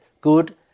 good